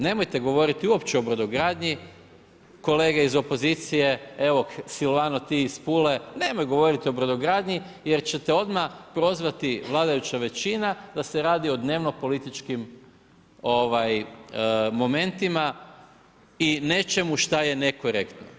Nemojte govoriti uopće o brodogradnji, kolege iz opozicije, evo, Silvano ti iz Pule, nemoj govoriti o brodogradnji, jer ćete odmah prozvati vladajuća većina, da se radi o dnevno političkim momentima i nečemu šta je nekorektno.